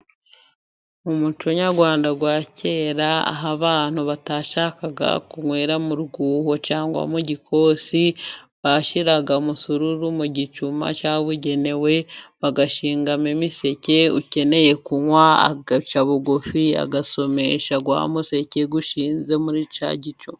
Umuco nyarwanda wa kera aho abantu batashakaga kunywera mu rwuho cyangwa mu gikosi, bashyiraga umusururu mu gicuma cyabugenewe bagashingamo imiseke, ukeneye kunywa agaca bugufi agasomesha wa museke ushinze muri cya gico.